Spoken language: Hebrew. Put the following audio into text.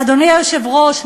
אדוני היושב-ראש,